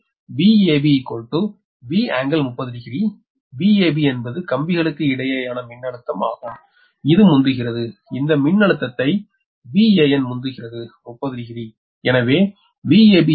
எனவே Vab V∟300 Vab என்பது கம்பிகளுக்கு இடியேயான மின்னழுத்தம் ஆகும் இது முந்துகிறது இந்த மின்னழுத்தத்தை Van முந்துகிறது 30 டிகிரி